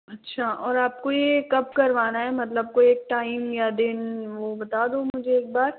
अच्छा और आपको ये कब करवाना है मतलब कोई एक टाइम या दिन वो बता दो मुझे एक बार